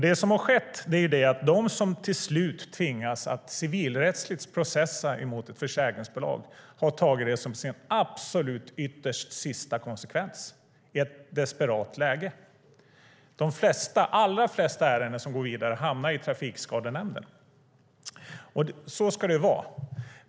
Det som har skett är det att de som till slut tvingas att civilrättsligt processa mot ett försäkringsbolag har tagit det som den absolut yttersta sista konsekvensen i ett desperat läge. De allra flesta ärenden som går vidare hamnar i Trafikskadenämnden. Så ska det vara.